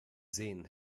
sehen